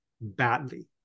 badly